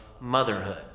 motherhood